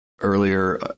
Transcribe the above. earlier